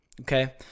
okay